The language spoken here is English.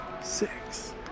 six